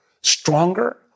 stronger